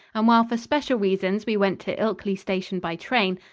and while for special reasons we went to ilkley station by train,